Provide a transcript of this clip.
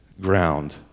ground